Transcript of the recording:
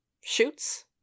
shoots